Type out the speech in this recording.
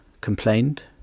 complained